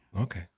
Okay